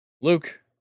Luke